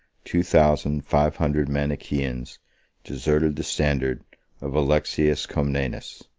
two thousand five hundred manichaeans deserted the standard of alexius comnenus,